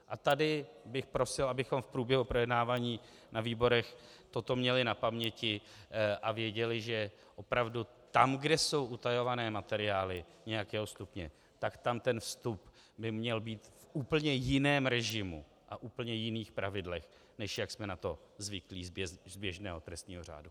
A tady bych prosil, abychom v průběhu projednávání na výborech toto měli na paměti a věděli, že opravdu tam, kde jsou utajované materiály nějakého stupně, tak tam ten vstup by měl být v úplně jiném režimu a v úplně jiných pravidlech, než jak jsme na to zvyklí z běžného trestního řádu.